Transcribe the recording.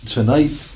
Tonight